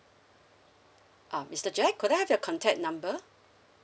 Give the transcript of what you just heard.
uh mister jack could I have your contact number